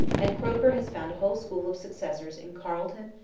and croker has found a whole school of successors in carleton,